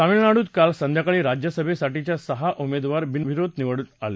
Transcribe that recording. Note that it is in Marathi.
तामिळनाडूत काल संध्याकाळी राज्यसभासाठीचे सहा उमेदवार बिनविरोध निवडून आले